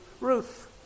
Ruth